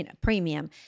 premium